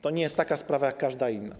To nie jest taka sprawa jak każda inna.